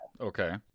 Okay